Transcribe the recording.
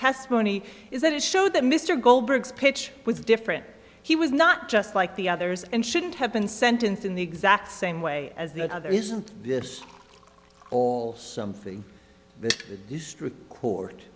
testimony is that it showed that mr goldberg's pitch with different he was not just like the others and shouldn't have been sentenced in the exact same way as the other isn't this all something that the district court